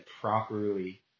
properly